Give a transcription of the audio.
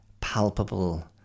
palpable